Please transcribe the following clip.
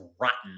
rotten